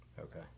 Okay